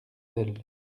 elle